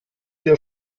der